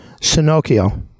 Sinocchio